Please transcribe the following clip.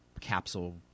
capsule